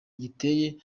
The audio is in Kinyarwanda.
giteye